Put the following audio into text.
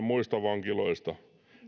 muista vankiloista